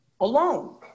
alone